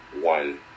one